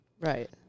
Right